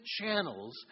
channels